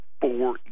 four